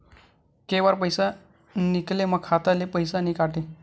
के बार पईसा निकले मा खाता ले पईसा नई काटे?